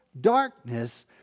darkness